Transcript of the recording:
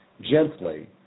gently